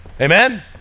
Amen